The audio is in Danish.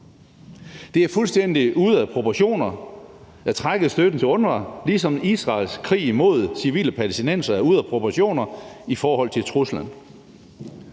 Det er fuldstændig ude af proportioner at trække støtten til UNRWA, ligesom Israels krig imod civile palæstinensere er ude af proportioner i forhold til truslen.